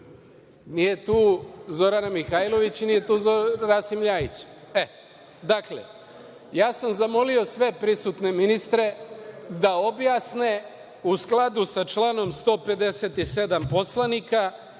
tu?)Nije tu Zorana Mihajlović i nije tu Rasim LJajić. Dakle, ja sam zamolio sve prisutne ministre da objasne u skladu sa članom 157. Poslovnika,